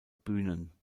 bühnen